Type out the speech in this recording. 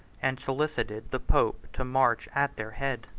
and solicited the pope to march at their head.